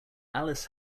alice